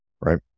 right